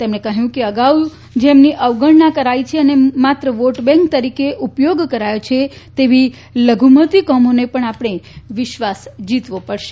તેમણે કહ્યું કે અગાઉ જેની અવગણના કરાઈ છે અને માત્ર વોટ બેન્ક તરીકે ઉપથોગ કરાયો છે તેવી લઘુમતીઓનો આપણે વિશ્વાસ જીતવો પડશે